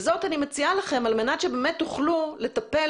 אני מציעה לכם על מנת שבאמת תוכלו לטפל